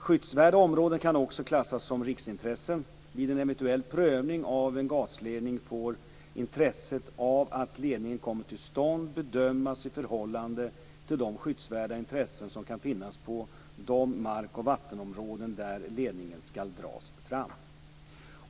Skyddsvärda områden kan också klassas som riksintressen. Vid en eventuell prövning av en gasledning får intresset av att ledningen kommer till stånd bedömas i förhållande till de skyddsvärda intressen som kan finnas på de mark och vattenområden där ledningen skall dras fram.